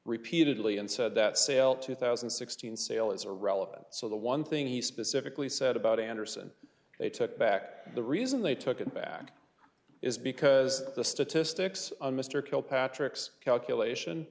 repeatedly and said that sale two thousand and sixteen sale is a relevant so the one thing he specifically said about anderson they took back the reason they took him back is because the statistics on mr kilpatrick's calculation